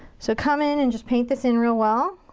so come in and just paint this in real well.